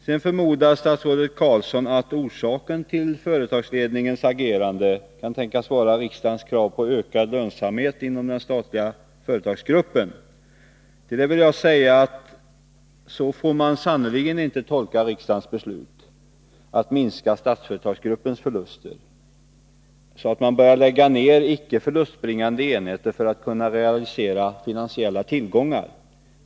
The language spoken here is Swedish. Sedan förmodar statsrådet Carlsson att orsaken till företagsledningens agerande kan tänkas vara riksdagens krav på ökad lönsamhet inom den statliga företagsgruppen. Man får sannerligen inte tolka riksdagens beslut att minska Statsföretagsgruppens förluster på ett sådant sätt att man börjar lägga ned icke förlustbringande enheter för att realisera finansiella tillgångar.